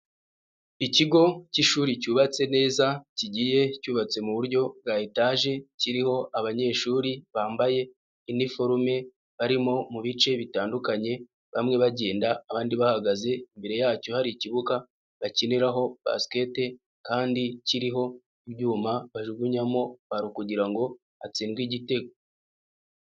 Ikigo cy'ishuri cyubatse neza kigiye cyubatse mu buryo bwa etage kiriho abanyeshuri bambaye iniforume barimo mu bice bitandukanye bamwe bagenda abandi bahagaze imbere yacyo hari ikibuga bakiniraho basket kandi kiriho ibyuma bajugunyamo balo kugira ngo hatsindwe igitego.